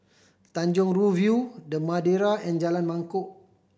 Tanjong Rhu View The Madeira and Jalan Mangkok